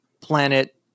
planet